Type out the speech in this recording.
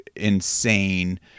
Insane